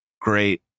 great